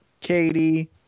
Katie